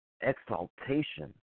exaltation